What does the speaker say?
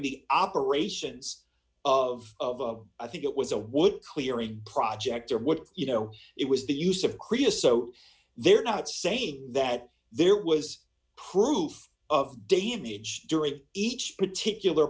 the operations of i think it was a wood clearing project or what you know it was the use of creosote they're not saying that there was proof of damage during each particular